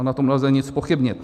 Na tom nelze nic zpochybnit.